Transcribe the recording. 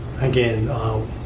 Again